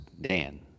Dan